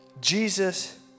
Jesus